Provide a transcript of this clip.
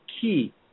key